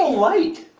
light.